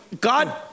God